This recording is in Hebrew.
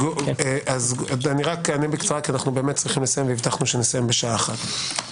אענה בקצרה כי הבטחנו שנסיים ב-13:00.